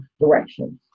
directions